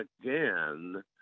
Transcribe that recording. again